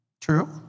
True